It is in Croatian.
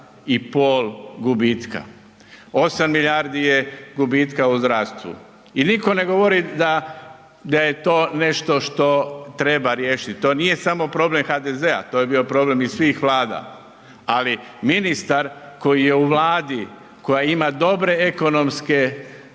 i pol gubitka, 8 milijardi gubitka je u zdravstvu i nitko ne govori da je to nešto što treba riješiti. To nije samo problem HDZ-a, to je bio problem svih vlada, ali ministar koji je u Vladi koja ima dobre ekonomske